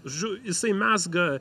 žodžiu jisai mezga